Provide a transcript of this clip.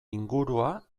ingurua